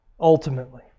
ultimately